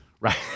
Right